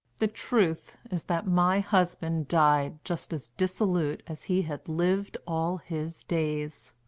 the truth is that my husband died just as dissolute as he had lived all his days.